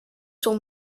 son